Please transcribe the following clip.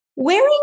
Wearing